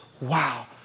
Wow